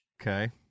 Okay